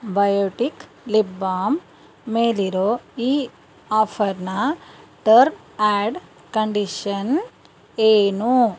biotic lip balm ಮೇಲಿರೋ ಈ ಆಫರ್ನ ಟರ್ಮ್ ಆಡ್ ಕಂಡೀಷನ್ ಏನು